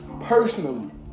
personally